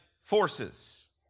forces